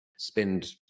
spend